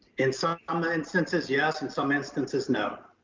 in some um ah instances, yes. in some instances, no.